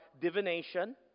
divination